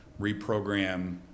reprogram